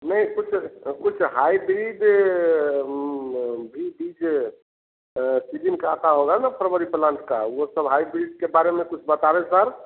नहीं कुछ कुछ हाइब्रिड भी बीज फिजिन का आता होगा ना परवरी प्लांट का यह सब हाइब्रिड के बारे में कुछ बता दें सर